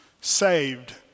saved